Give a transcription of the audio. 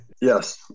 Yes